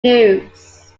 news